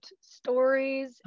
stories